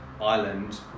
island